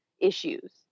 issues